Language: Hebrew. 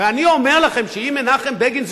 ואני אומר לכם שאם מנחם בגין,